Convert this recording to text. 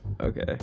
Okay